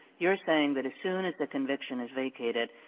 you're saying that as soon as the conviction is vacated,